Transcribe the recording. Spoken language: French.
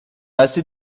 assez